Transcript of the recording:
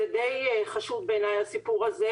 זה די חשוב בעיניי הסיפור הזה,